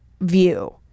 view